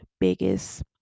biggest